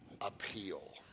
appeal